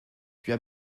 puis